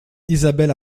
isabelle